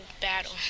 battle